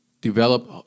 develop